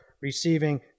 receiving